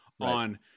on